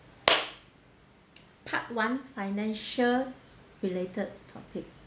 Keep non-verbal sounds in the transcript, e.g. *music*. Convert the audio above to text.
*noise* part one financial related topic